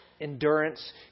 endurance